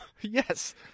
Yes